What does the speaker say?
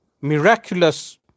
miraculous